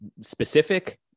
specific